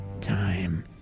time